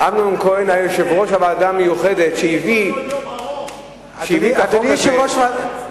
אמנון כהן היה יושב-ראש הוועדה המיוחדת שהביא את החוק הזה,